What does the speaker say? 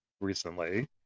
recently